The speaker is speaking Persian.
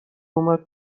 اومد